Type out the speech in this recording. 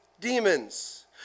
demons